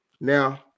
Now